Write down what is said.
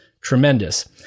tremendous